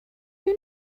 you